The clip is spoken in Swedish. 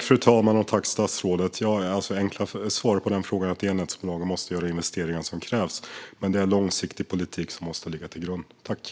Fru talman! Statsrådet! Det enkla svaret på den frågan är att elnätsbolagen måste göra de investeringar som krävs. Men det är en långsiktig politik som måste ligga till grund för detta.